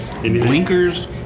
Blinkers